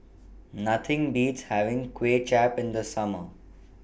Nothing Beats having Kuay Chap in The Summer